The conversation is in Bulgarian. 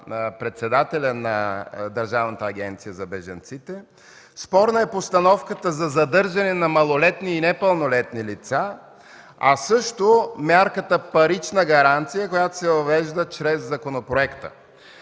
председателя на Държавната агенция за бежанците. Спорна е постановката за задържане на малолетни и непълнолетни лица, а също мярката „парична гаранция”, която се въвежда чрез законопроекта.